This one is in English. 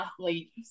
athletes